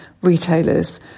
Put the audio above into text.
retailers